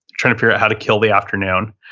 trying to figure out how to kill the afternoon.